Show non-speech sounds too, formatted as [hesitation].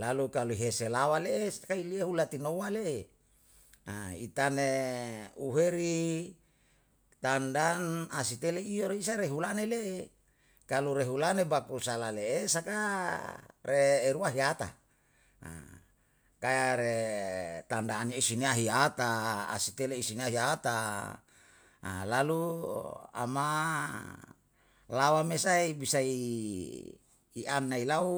Lalu kali hise lawa le'e, sakai hulatinouwa le, [hesitation] itane uheri tandan asitele iyorisa lehulane le, kalu rehulane baku salah le'e saka re erua heata. Kaya re tandanya isunya ahiyata asitele isinya ahiyata [hesitation] lalu ama lawa mesai bisa i an nai lau